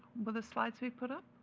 will the slides be put up,